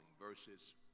verses